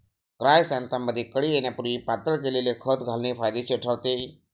क्रायसॅन्थेमममध्ये कळी येण्यापूर्वी पातळ केलेले खत घालणे फायदेशीर ठरते